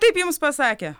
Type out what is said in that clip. taip jums pasakė